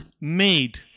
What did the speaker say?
made